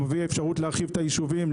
נותן אפשרות להרחיב את היישובים,